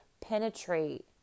penetrate